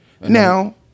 Now